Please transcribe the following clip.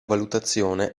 valutazione